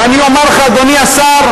ואני אומר לך, אדוני השר,